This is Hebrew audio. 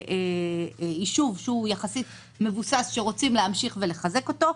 לישוב שהוא יחסית מבוסס שרוצים להמשיך ולחזק אותו,